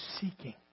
seeking